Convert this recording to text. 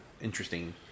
interesting